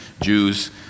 Jews